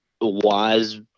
wise